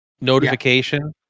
notification